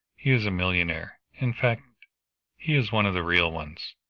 he is a millionaire. in fact he is one of the real ones.